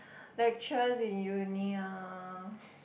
lecturers in uni ah